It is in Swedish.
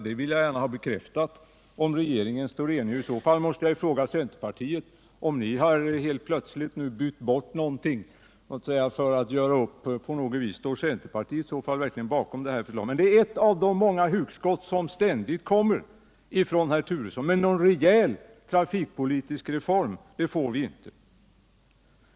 Jag vill gärna ha bekräftat om regeringen står enig bakom detta. Och i så fall måste jag fråga centerpartisterna: Har ni helt plötsligt bytt bort någonting för att så att säga göra upp på något vis? Står centerpartiet verkligen bakom det här förslaget? Detta är ett av de många hugskott som ständigt kommer från herr Turesson, men någon rejäl trafikpolitisk reform, det får vi inte.